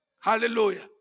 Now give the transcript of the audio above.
Hallelujah